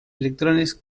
electrones